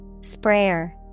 Sprayer